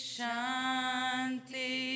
Shanti